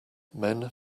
men